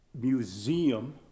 museum